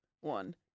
One